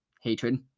Hatred